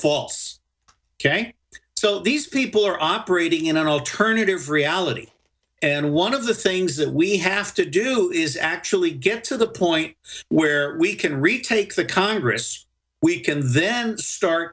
false ok so these people are operating in an alternative reality and one of the things that we have to do is actually get to the point where we can retake the congress we can then start